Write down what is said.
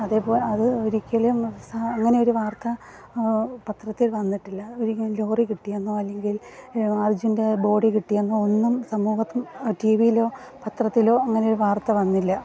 അതേപോലെ അത് ഒരിക്കലും അങ്ങനെ ഒരു വാർത്ത പത്രത്തിൽ വന്നിട്ടില്ല ഒരിക്കലും ലോറി കിട്ടിയെന്നോ അല്ലെങ്കിൽ അർജുൻ്റെ ബോഡി കിട്ടിയെന്നോ ഒന്നും സമൂഹത്തിൽ ടി വിയിലോ പത്രത്തിലോ അങ്ങനെ ഒരു വാർത്ത വന്നില്ല